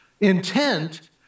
intent